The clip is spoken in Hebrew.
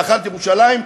ואחת ירושלים,